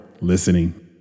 listening